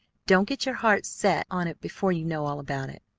don't get your heart set on it before you know all about it.